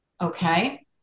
okay